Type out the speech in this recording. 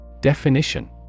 Definition